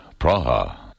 Praha